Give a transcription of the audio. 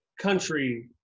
country